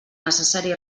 necessari